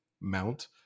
Mount